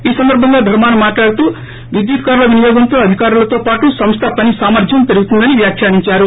ఈ సందర్భంగా ధర్మాన మాట్లాడుతూ విద్యుత్ కార్ల వినియోగంతో అధికారులతో పాటు సంస్థ పని సామర్థం పెరుగుతుందని వ్యాఖ్యానించారు